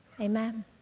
Amen